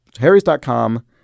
harrys.com